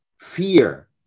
fear